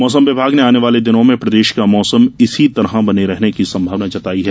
मौसम विभाग ने आने वाले दिनों में प्रदेश का मौसम इसी तरह बने रहने की संभावना जताई है